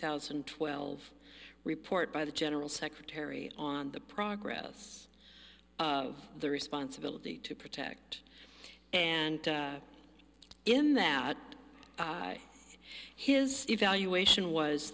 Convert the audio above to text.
thousand and twelve report by the general secretary on the progress of the responsibility to protect and in that his evaluation was